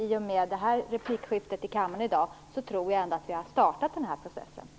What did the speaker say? I och med det här replikskiftet i kammaren i dag tror jag ändå att vi har startat den processen.